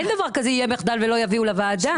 אין דבר כזה יהיה מחדל ולא יביאו לוועדה.